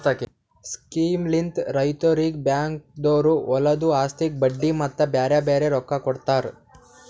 ಸ್ಕೀಮ್ಲಿಂತ್ ರೈತುರಿಗ್ ಬ್ಯಾಂಕ್ದೊರು ಹೊಲದು ಆಸ್ತಿಗ್ ಬಡ್ಡಿ ಮತ್ತ ಬ್ಯಾರೆ ಬ್ಯಾರೆ ರೊಕ್ಕಾ ಕೊಡ್ತಾರ್